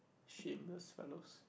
shit whose are those